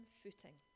footing